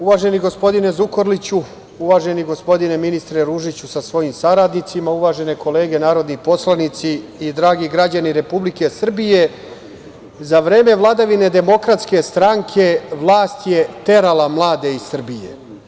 Uvaženi gospodine Zukorliću, uvaženi gospodine ministre Ružiću sa svojim saradnicima, uvažene kolege narodni poslanici i dragi građani Republike Srbije, za vreme vladavine DS vlast je terala mlade iz Srbije.